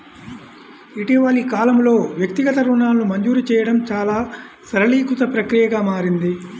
ఇటీవలి కాలంలో, వ్యక్తిగత రుణాలను మంజూరు చేయడం చాలా సరళీకృత ప్రక్రియగా మారింది